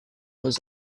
was